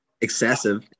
Excessive